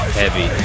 heavy